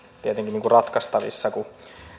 tietenkin ratkaistavissa kun